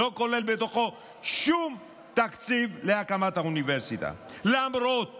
לא כולל שום תקציב להקמת האוניברסיטה, למרות